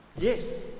Yes